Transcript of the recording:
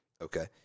Okay